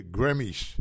Grammys